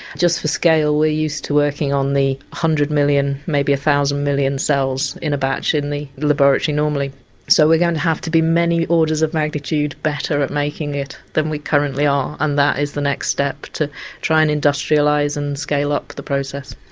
just for scale we're used to working on one hundred million, maybe one thousand million cells in a batch in the laboratory normally so we're going to have to be many orders of magnitude better at making it than we currently are and that is the next step to try and industrialise and scale up the process.